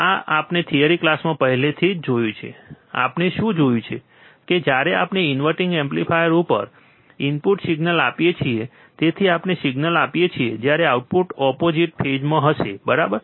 આ આપણે થિયરી ક્લાસમાં પહેલેથી જ જોયું છે આપણે શું જોયું છે કે જ્યારે આપણે ઇનવર્ટીંગ એમ્પ્લીફાયર ઉપર ઇનપુટ સિગ્નલ આપીએ છીએ તેથી આપણે સિગ્નલ આપીએ છીએ ત્યારે આઉટપુટ ઓપોઝીટ ફેઝમાં હશેબરાબર